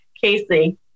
Casey